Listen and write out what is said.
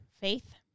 faith